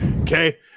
Okay